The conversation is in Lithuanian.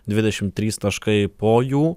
dvidešimt trys taškai po jų